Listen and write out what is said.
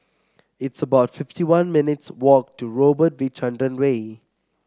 it's about fifty one minutes walk to Robert V Chandran Way